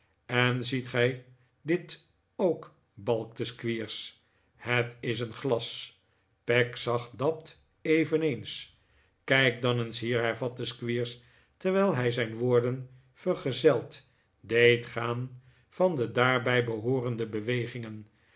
en ziet gij dit ook balkte squeers het is een glas peg zag dat eveneens kijk dan eens hier hervatte squeers terwijl hij zijn woorden vergezeld deed gaan van de daarbij behoorende bewegingen